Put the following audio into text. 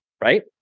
right